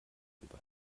über